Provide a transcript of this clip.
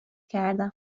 کردم